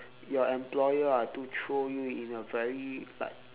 your employer are to throw you in a very like